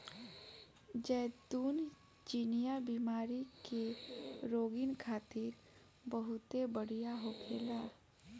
जैतून चिनिया बीमारी के रोगीन खातिर बहुते बढ़िया होखेला